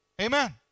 Amen